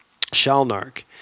Shalnark